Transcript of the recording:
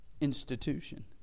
institution